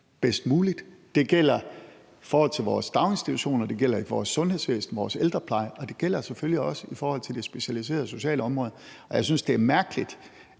bedst muligt. Det gælder i forhold til vores daginstitutioner. Det gælder i vores sundhedsvæsen og vores ældrepleje. Og det gælder selvfølgelig også i forhold til det specialiserede socialområde. Og jeg synes, det er mærkeligt,